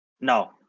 no